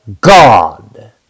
God